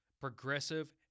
progressive